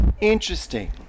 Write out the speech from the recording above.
Interesting